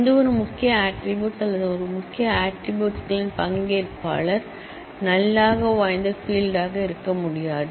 எந்தவொரு முக்கிய ஆட்ரிபூட்ஸ் அல்லது ஒரு முக்கிய ஆட்ரிபூட்ஸ் ன் பங்கேற்பாளர் நல் ஆக வாய்ந்த ஃபீல்ட் ஆக இருக்க முடியாது